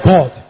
God